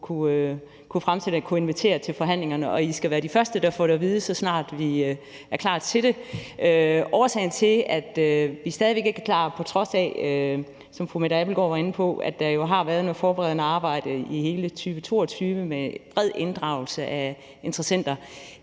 i forhold til at kunne invitere til forhandlinger, og I skal være de første, der får det at vide, så snart vi er klar til det. Årsagen til, at vi stadig væk ikke er klar, på trods af at der jo, som fru Mette Abildgaard var inde på, har været noget forberedende arbejde i hele 2022 med bred inddragelse af interessenter,